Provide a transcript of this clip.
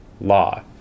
law